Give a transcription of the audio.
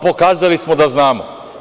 Pokazali smo da znamo.